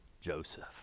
Joseph